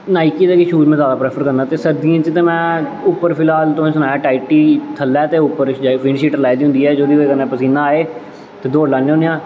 नाईकी दे गै में जादा शूज़ परैफर करना ते सर्दियैं च में उप्पर तुसें गी सनाया टाईटी थ'ल्लै ते उप्पर विंडशीट लाई दी होंदी ऐ जेह्दे कन्नै पसीना आए ते दौड़ लान्ने होन्ने आं